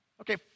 Okay